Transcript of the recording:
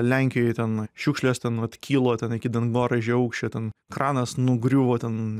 lenkijoj ten šiukšlės ten vat kilo ten iki dangoraižio aukščio ten kranas nugriuvo ten